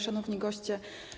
Szanowni Goście!